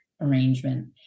arrangement